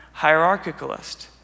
hierarchicalist